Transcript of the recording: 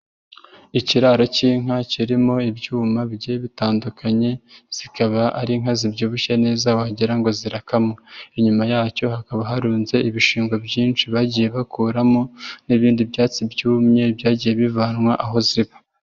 Ikiraro cy'inka kirimo ibyuma bigiye bitandukanye, zikaba ari inka zibyibushye n'izo wagira ngo zirakamwa, inyuma yacyo hakaba harunze ibishingwe byinshi bagiye bakuramo n'ibindi byatsi byumye byagiye bivanwa aho ziba.